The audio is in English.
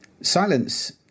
Silence